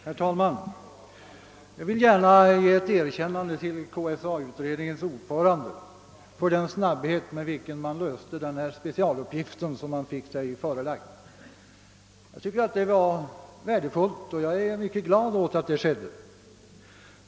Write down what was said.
Herr talman! Jag vill gärna ge ett erkännande till KSA-utredningens ordförande för den snabbhet med vilken man löste den specialuppgift, som man fick sig förelagd. Jag tycker att det är värdefullt, och jag är mycket glad åt att det skedde.